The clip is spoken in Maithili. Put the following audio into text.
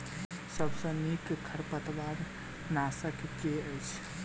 सबसँ नीक खरपतवार नाशक केँ अछि?